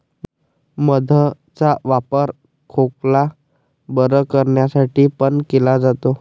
मध चा वापर खोकला बरं करण्यासाठी पण केला जातो